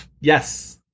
yes